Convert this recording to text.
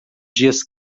dias